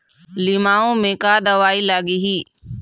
लिमाऊ मे का दवई लागिही?